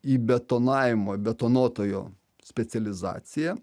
į betonavimo betonuotojo specializaciją